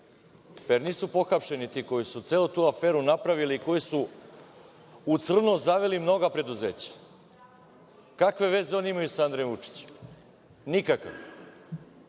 jel nisu pohapšeni ti koji su celu tu aferu napravili, koji su u crno zavili mnoga preduzeća? Kakve veze oni imaju sa Andrejom Vučićem?